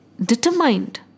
determined